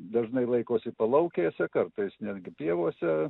dažnai laikosi palaukėse kartais netgi pievose